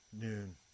noon